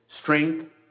strength